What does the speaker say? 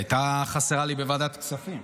היא הייתה חסרה לי בוועדת הכספים.